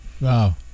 wow